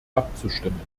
abzustimmen